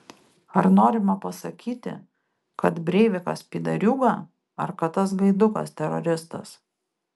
ar norima pasakyti kad breivikas pydariūga ar kad tas gaidukas teroristas